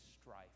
strife